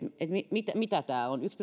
mitä tämä on yksi